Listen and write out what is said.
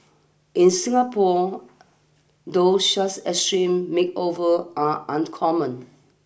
in Singapore though such extreme makeover are uncommon